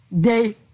day